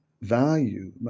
value